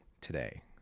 today